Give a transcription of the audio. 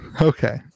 Okay